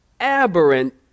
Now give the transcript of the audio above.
aberrant